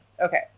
Okay